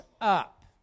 up